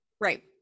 right